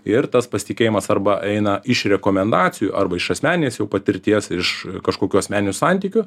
ir tas pasitikėjimas arba eina iš rekomendacijų arba iš asmeninės jau patirties iš kažkokių asmeninių santykių